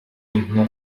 nikwo